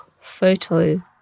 photo